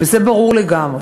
וזה ברור לגמרי.